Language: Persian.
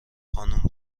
خانوم